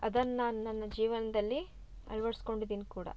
ಅದನ್ನು ನಾನು ನನ್ನ ಜೀವನದಲ್ಲಿ ಅಳ್ವಡಿಸ್ಕೊಂಡಿದೀನ್ ಕೂಡ